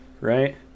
Right